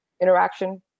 interaction